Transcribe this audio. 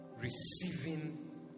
receiving